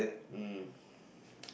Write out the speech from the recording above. mm